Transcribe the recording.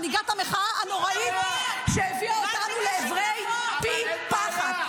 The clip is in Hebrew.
מנהיגת המחאה הנוראית שהביאה אותנו לעברי פי פחת.